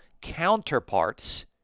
counterparts